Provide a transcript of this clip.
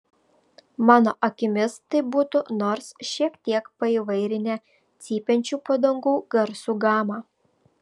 mano akimis tai būtų nors šiek tiek paįvairinę cypiančių padangų garsų gamą